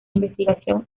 investigación